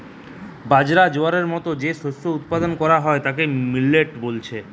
বাজরা, জোয়ারের মতো যে শস্য উৎপাদন কোরা হয় তাকে মিলেট বলছে